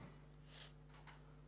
תודה.